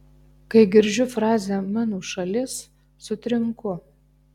kai girdžiu frazę mano šalis sutrinku